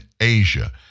Asia